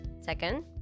Second